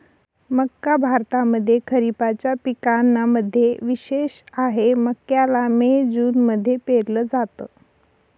मक्का भारतामध्ये खरिपाच्या पिकांना मध्ये विशेष आहे, मक्याला मे जून मध्ये पेरल जात